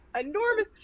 enormous